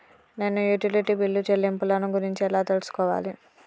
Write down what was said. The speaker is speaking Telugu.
నేను యుటిలిటీ బిల్లు చెల్లింపులను గురించి ఎలా తెలుసుకోవాలి?